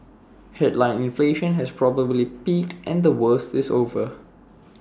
headline inflation has probably peaked and the worst is over